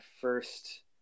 first